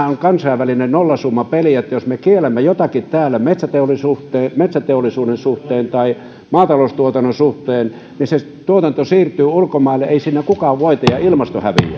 on kansainvälinen nollasummapeli niin että jos me kiellämme jotakin täällä metsäteollisuuden suhteen metsäteollisuuden suhteen tai maataloustuotannon suhteen niin se tuotanto siirtyy ulkomaille ei siinä kukaan voita ja ilmasto häviää